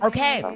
Okay